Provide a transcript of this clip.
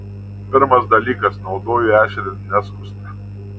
pirmas dalykas naudoju ešerį neskustą